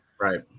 Right